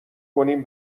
کنیم